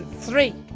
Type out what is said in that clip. three.